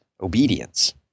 obedience